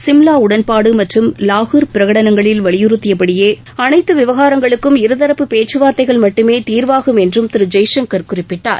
சிம்லா உடன்பாடு மற்றும் லாகூர் பிரகடனங்களில் வலியுறுத்திய படியே அனைத்து விவகாரங்களுக்கும் இரு தரப்பு பேச்சுவார்த்தைகள் மட்டுமே தீர்வாகும் என்றும் திரு ஜெய்சங்கர் குறிப்பிட்டார்